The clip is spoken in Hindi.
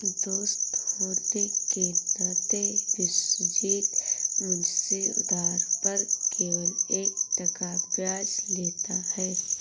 दोस्त होने के नाते विश्वजीत मुझसे उधार पर केवल एक टका ब्याज लेता है